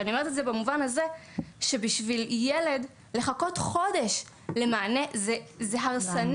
אני אומרת את זה במובן הזה שבשביל ילד לחכות חודש למענה זה הרסני.